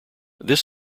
this